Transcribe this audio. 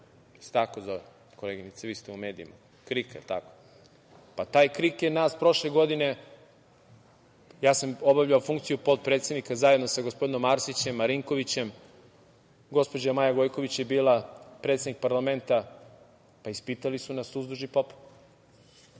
tako zove koleginice, vi ste u medijima, "Krik" jel tako? Taj "Krik" je nas prošle godine, ja sam obavljao funkciju potpredsednika zajedno sa gospodinom Arsićem, Marinkovićem, gospođa Maja Gojković je bila predsednik parlamenta, pa ispitali su nas uzduž i popreko.